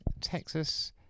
Texas